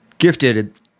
gifted